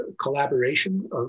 collaboration